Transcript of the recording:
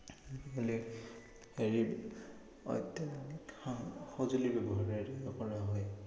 আজিকালি হেৰি অত্যাধুনিক সা সঁজুলি ব্যৱহাৰেৰে কৰা হয়